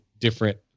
different